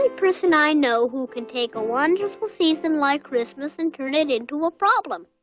ah person i know who can take a wonderful season like christmas and turn it into a problem.